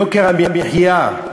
יוקר המחיה,